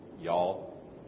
Y'all